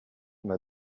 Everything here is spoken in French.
m’a